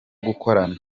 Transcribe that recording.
gukorana